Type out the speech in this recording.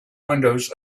windows